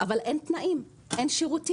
אבל אין תנאים, אין שירותים.